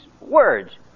words